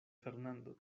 fernando